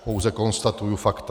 Pouze konstatuji fakta.